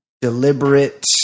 deliberate